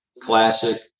classic